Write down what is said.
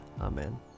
Amen